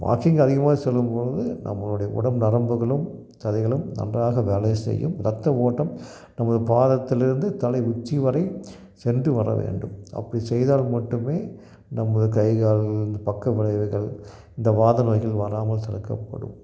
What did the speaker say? walking அதிகமாக செல்லும்பொழுது நம்மளுடைய உடம்பு நரம்புகளும் சதைகளும் நன்றாக வேலைச் செய்யும் ரத்த ஓட்டம் நமது பாதத்தில் இருந்து தலை உச்சி வரை சென்று வர வேண்டும் அப்படி செய்தால் மட்டுமே நமது கைகால் பக்க விளைவுகள் இந்த வாத நோய்கள் வராமல் தடுக்கப்படும்